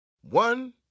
One